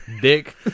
dick